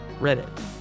Reddit